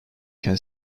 can